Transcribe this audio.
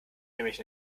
nämlich